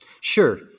Sure